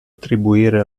attribuire